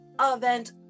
Event